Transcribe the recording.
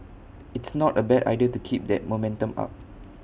it's not A bad idea to keep that momentum up